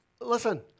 listen